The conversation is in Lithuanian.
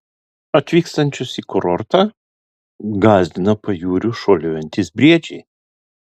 atvykstančius į kurortą gąsdina pajūriu šuoliuojantys briedžiai